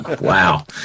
Wow